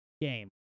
game